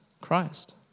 Christ